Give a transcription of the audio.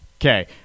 Okay